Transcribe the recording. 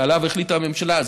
שעליו החליטה הממשלה,